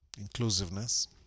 inclusiveness